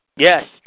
Yes